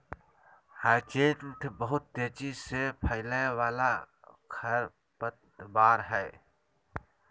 hyacinth बहुत तेजी से फैलय वाला खरपतवार हइ